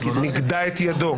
נגדע את ידו,